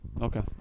Okay